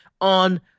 on